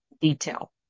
detail